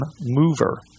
mover